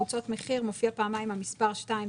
ב"קבוצות מחיר" מופיע פעמיים המספר "2".